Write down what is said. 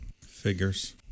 Figures